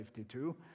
52